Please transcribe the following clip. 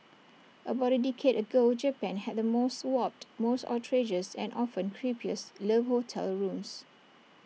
about A decade ago Japan had the most warped most outrageous and often creepiest love hotel rooms